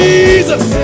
Jesus